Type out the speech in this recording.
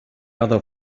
other